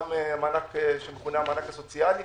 גם המענק שמכונה המענק הסוציאלי